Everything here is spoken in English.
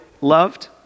loved